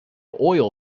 oil